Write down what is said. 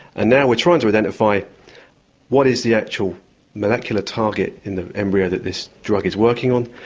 now we're trying to identify what is the actual molecular target in the embryo that this drug is working on.